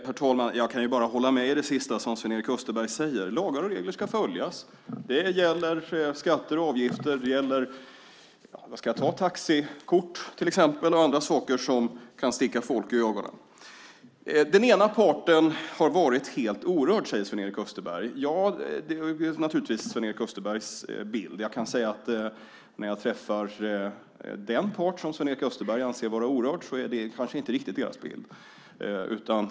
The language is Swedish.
Herr talman! Jag kan bara hålla med Sven-Erik Österberg i det sista: Lagar och regler ska följas. Det gäller skatter och avgifter. Det gäller även taxikort och andra saker som kan sticka folk i ögonen. Den ena parten har varit helt orörd, säger Sven-Erik Österberg. Det är förstås hans bild. När jag träffar den part som Sven-Erik Österberg anser vara orörd är det inte riktigt deras bild.